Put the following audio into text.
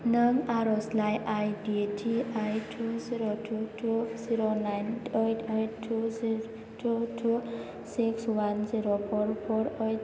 नों आर'जलाइ I D T I two zero two two zero nine ओइद ओइद two zero two two six अवान जिर' फर फर ओइद